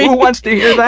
wants to hear that?